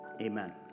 Amen